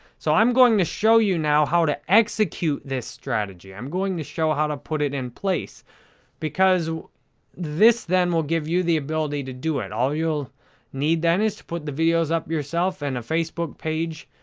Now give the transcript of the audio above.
so, i'm going to show you now how to execute this strategy. i'm going to show how to put it in place because this then will give you the ability to do it. all you'll need then is to put the videos up yourself and a facebook page.